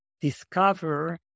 discover